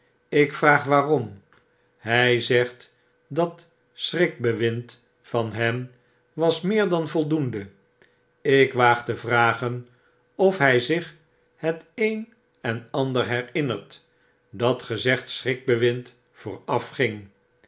ik vraag waaromphg zegfdat schrikbewind van hen was meer dan voldoende ik waag te vragen of hfl zich het een en ander herinnert dat gezegd schrikbewind